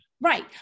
Right